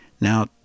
Now